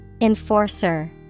Enforcer